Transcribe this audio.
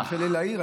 תרשה לי להעיר,